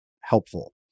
helpful